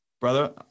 brother